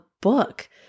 book